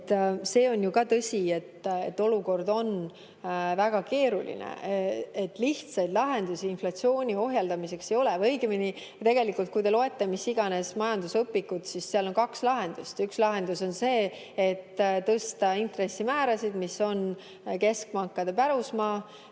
See on ka tõsi, et olukord on väga keeruline. Lihtsaid lahendusi inflatsiooni ohjeldamiseks ei ole või õigemini, kui te loete mis iganes majandusõpikut, siis seal on kaks lahendust: üks lahendus on see, et tõsta intressimäärasid, mis on keskpankade pärusmaa,